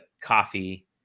coffee